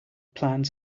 plans